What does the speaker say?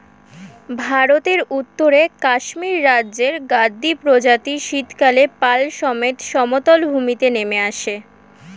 ভারতের উত্তরে কাশ্মীর রাজ্যের গাদ্দী উপজাতি শীতকালে পাল সমেত সমতল ভূমিতে নেমে আসে